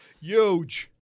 huge